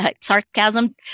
sarcasm